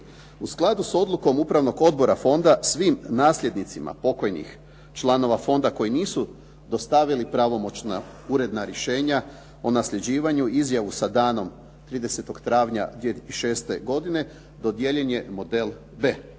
U skladu s odlukom upravnog odbora fonda svim nasljednicima pokojnih članova fonda koji nisu dostavili pravomoćna uredna rješenja o nasljeđivanju, izjavu sa danom 30. travnja 2006. godine, dodijeljen je model b.